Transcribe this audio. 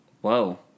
Whoa